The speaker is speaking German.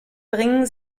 bringen